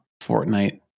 Fortnite